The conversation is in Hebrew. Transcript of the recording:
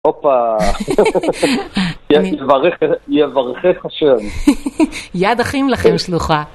הופה, יברך, יברכך השם, יד אחים לכם שלוחה.